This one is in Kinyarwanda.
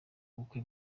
bukwe